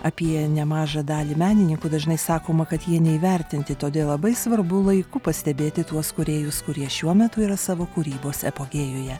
apie nemažą dalį menininkų dažnai sakoma kad jie neįvertinti todėl labai svarbu laiku pastebėti tuos kūrėjus kurie šiuo metu yra savo kūrybos epogėjuje